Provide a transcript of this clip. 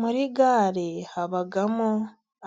Muri gare habamo